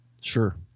Sure